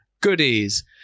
goodies